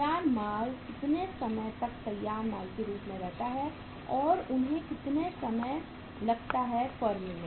तैयार माल कितने समय तक तैयार माल के रूप में रहता है और उन्हें कितना समय लगता है फर्म में